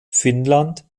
finnland